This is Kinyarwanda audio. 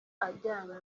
ajyanye